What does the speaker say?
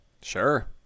Sure